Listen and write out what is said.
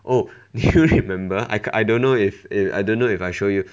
oh do you remember I can't I don't know if if I don't know if I show you